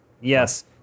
Yes